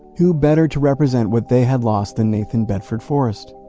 who better to represent what they had lost in nathan bedford forrest?